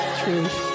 truth